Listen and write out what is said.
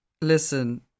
listen